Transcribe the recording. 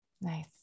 Nice